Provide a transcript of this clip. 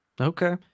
Okay